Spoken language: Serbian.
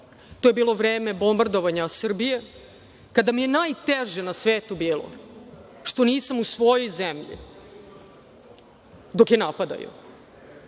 To je bilo u vreme bombardovanja Srbije, kada mi je najteže na svetu bilo što nisam u svojoj zemlji dok je napadaju.